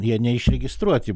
jie neišregistruoti